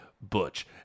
Butch